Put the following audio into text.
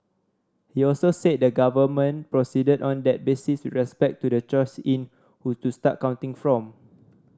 he also said the government proceeded on that basis respect to the choice in who to start counting from